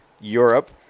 Europe